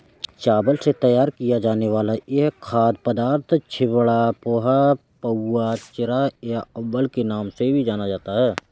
चावल से तैयार किया जाने वाला यह खाद्य पदार्थ चिवड़ा, पोहा, पाउवा, चिरा या अवल के नाम से भी जाना जाता है